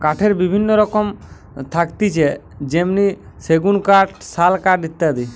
কাঠের বিভিন্ন রকম থাকতিছে যেমনি সেগুন কাঠ, শাল কাঠ ইত্যাদি